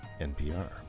NPR